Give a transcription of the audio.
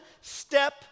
step